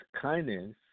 kindness